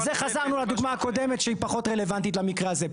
אז חזרנו לדוגמא הקודמת שהיא פחות רלוונטית למקרה הזה.